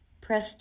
press